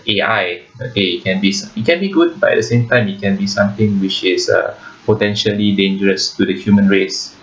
A_I okay it can be it can be good but at the same time it can be something which is a potentially dangerous to the human race